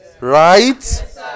Right